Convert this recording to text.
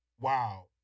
wow